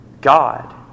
God